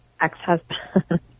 ex-husband